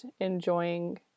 enjoying